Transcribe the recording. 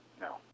No